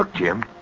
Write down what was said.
jim!